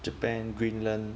japan greenland